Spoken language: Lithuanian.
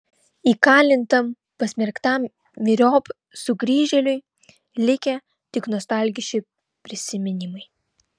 įkalintam pasmerktam myriop sugrįžėliui likę tik nostalgiški prisiminimai